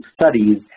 studies